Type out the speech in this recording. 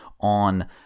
on